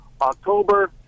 October